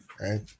right